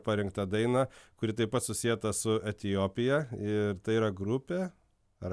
parinktą dainą kuri taip pat susieta su etiopija ir tai yra grupė ar